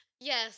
Yes